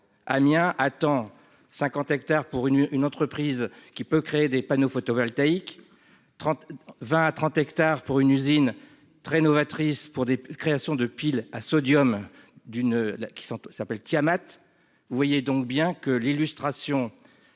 Amiens attends 50 hectares pour une, une entreprise qui peut créer des panneaux photovoltaïques, 30, 20 à 30 hectares pour une usine très novatrice pour des créations de pile à sodium d'une là qui sont s'appelle Tihama. Vous voyez donc bien que l'illustration.